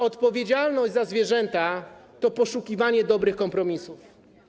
Odpowiedzialność za zwierzęta to poszukiwanie dobrych kompromisów.